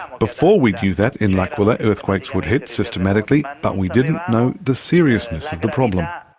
before we knew that in l'aquila earthquakes would hit systematically, but we didn't know the seriousness of the problem. ah